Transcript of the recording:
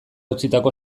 utzitako